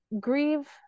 grieve